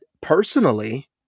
personally